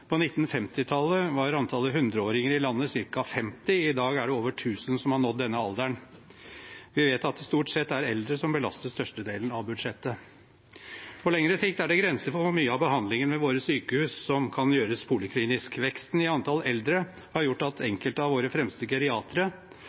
På 1950-tallet var antallet 100-åringer i landet ca. 50, i dag er det over 1 000 som har nådd denne alderen. Vi vet at det stort sett er eldre som belaster størstedelen av budsjettet. På lengre sikt er det grenser for hvor mye av behandlingen ved våre sykehus som kan gjøres poliklinisk. Veksten i antall eldre har gjort at enkelte av våre fremste geriatere